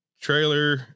trailer